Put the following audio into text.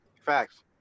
Facts